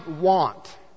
want